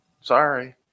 Sorry